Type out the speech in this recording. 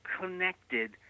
connected